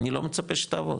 אני לא מצפה שתעבוד